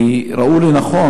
כי ראו לנכון,